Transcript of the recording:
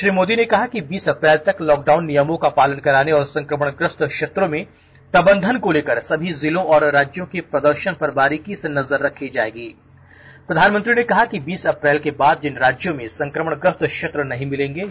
श्री मोदी ने कहा कि बीस अप्रैल तक लॉकडाउन नियमों का पालन कराने और संक्रमणग्रस्त क्षेत्रों में प्रबंधन को लेकर सभी जिलों और राज्यों के प्रदर्शन पर बारीकी से नजर रखी प्रधानमंत्री ने कहा कि बीस अप्रैल के बाद जिन राज्यों में संक्रमणग्रस्त क्षेत्र नहीं मिलेंगे जाएगी